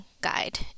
guide